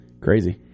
Crazy